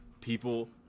people